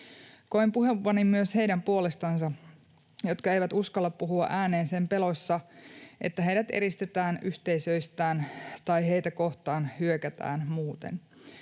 Koen puhuvani myös heidän puolestansa, jotka eivät uskalla puhua ääneen sen pelossa, että heidät eristetään yhteisöistään tai heitä kohtaan hyökätään muuten.